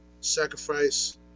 sacrifice